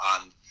on